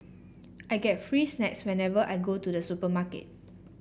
I get free snacks whenever I go to the supermarket